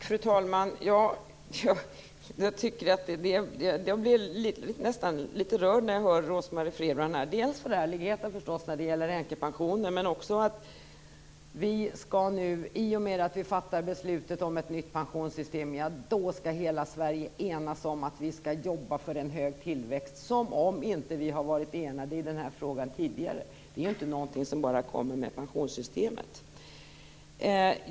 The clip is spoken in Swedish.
Fru talman! Jag blir litet rörd när jag hör Rose Marie Frebran. Dels förstås för ärligheten när det gäller änkepensionen, dels att i och med att ett beslut skall fattas om ett nytt pensionssystem skall hela Sverige enas om att jobba för en hög tillväxt - som om vi inte har varit enade i den frågan tidigare! Det är inte något som kommer fram i och med pensionssystemet.